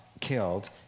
killed